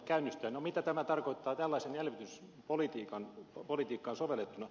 no mitä tämä tarkoittaa tällaiseen elvytyspolitiikkaan sovellettuna